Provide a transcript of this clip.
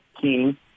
king